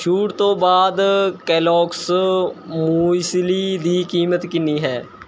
ਛੂਟ ਤੋਂ ਬਾਅਦ ਕੈਲੋਗਸ ਮੁਇਸਲੀ ਦੀ ਕੀਮਤ ਕਿੰਨੀ ਹੈ